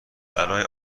برای